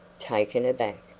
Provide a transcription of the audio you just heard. taken aback.